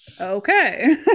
Okay